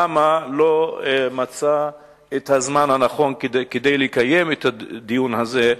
למה לא מצא את הזמן הנכון לקיים את הדיון הזה?